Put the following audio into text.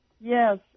Yes